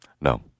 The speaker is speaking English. No